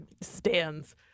stands